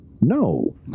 No